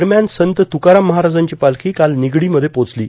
दरम्यान संत तुकाराम महाराजांची पालखी काल निगडीमध्ये पोचली